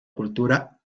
cultura